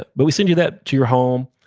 but but we send you that to your home.